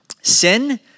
Sin